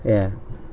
ya